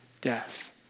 death